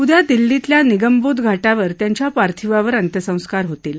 उद्या दिल्लीतल्या निगमबोध घाटावर त्यांच्या पार्थिवावर अंत्यसंस्कार होतील